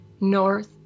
north